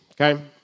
okay